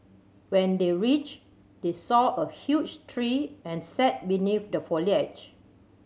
when they reached they saw a huge tree and sat beneath the foliage